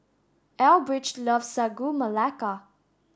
Elbridge loves Sagu Melaka